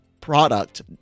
Product